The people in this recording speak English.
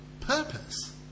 purpose